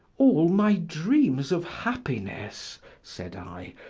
all my dreams of happiness, said i,